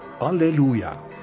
Alleluia